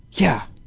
yeah!